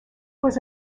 was